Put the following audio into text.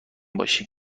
باشی